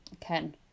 Ken